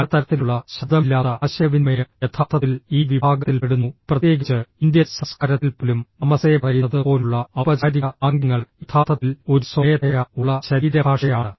പല തരത്തിലുള്ള ശബ്ദമില്ലാത്ത ആശയവിനിമയം യഥാർത്ഥത്തിൽ ഈ വിഭാഗത്തിൽ പെടുന്നു പ്രത്യേകിച്ച് ഇന്ത്യൻ സംസ്കാരത്തിൽ പോലും നമസ്തേ പറയുന്നത് പോലുള്ള ഔപചാരിക ആംഗ്യങ്ങൾ യഥാർത്ഥത്തിൽ ഒരു സ്വമേധയാ ഉള്ള ശരീരഭാഷയാണ്